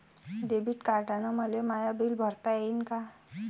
Debit कार्डानं मले my bill भरता येईन का?